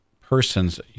persons